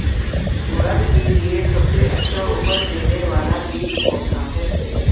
उड़द के लिए सबसे अच्छा उपज देने वाला बीज कौनसा है?